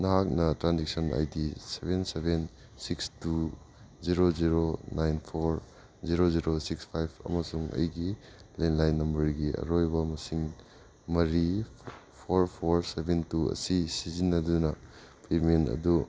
ꯅꯍꯥꯛꯅ transaction I D seven seven six two zero zero nine four zero zero six five ꯑꯃꯁꯨꯡ ꯑꯩꯒꯤ landline ꯅꯝꯕꯔꯒꯤ ꯑꯔꯣꯏꯕ ꯃꯁꯤꯡ ꯃꯔꯤ ꯐꯣꯔ ꯐꯣꯔ ꯁꯕꯦꯟ ꯇꯨ ꯑꯁꯤ ꯁꯤꯖꯤꯟꯅꯗꯨꯅ ꯄꯦꯃꯦꯟ ꯑꯗꯨ